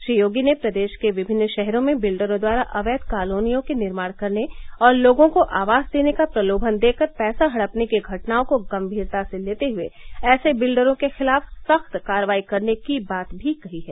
श्री योगी ने प्रदेश के विभिन्न शहरों में बिल्डरों द्वारा अवैध कालोनियों के निर्माण करने और लोगों को आवास देने का प्रलोभन देकर पैसा हड़पने की घटनाओं को गंभीरता से लेते हुए ऐसे बिल्डरों के खिलाफ सख्त कार्रवाई की बात भी कही है